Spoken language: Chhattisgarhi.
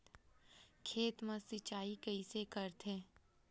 खेत मा सिंचाई कइसे करथे?